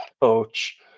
coach